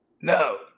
No